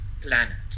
planet